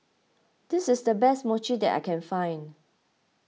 this is the best Mochi that I can find